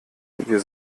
wir